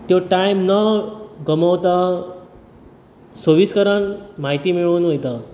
त्यो टायम न गमोवता सविस्करान म्हायती मेळोवन वयता